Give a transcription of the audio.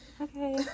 okay